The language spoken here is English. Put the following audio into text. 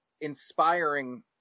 inspiring